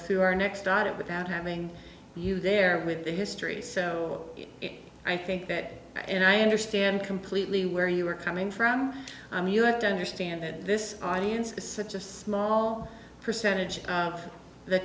through our next item without having you there with the history so i think that and i understand completely where you are coming from i mean you have to understand that this audience is such a small percentage of the